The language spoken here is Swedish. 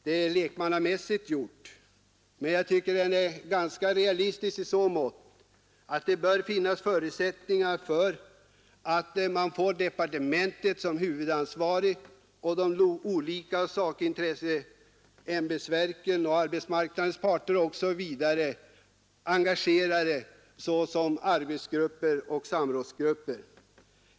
Den är lekmannamässigt gjord, men jag tycker att Nr 128 den är ganska realistisk i så måtto att det bör finnas förutsättningar för Torsdagen den att få departementet som huvudansvarig och de olika partsintressegrup 30 november 1972 perna — ämbetsverken, arbetsmarknadens parter osv. — engagerade såsom arbetsgrupper och samrådsgrupper.